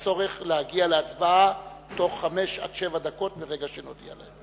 לצורך להגיע להצבעה בתוך חמש-שבע דקות מרגע שנודיע להם.